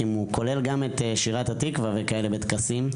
אם הוא כולל גם את שירת התקווה וכאלה בטקסים,